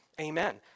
Amen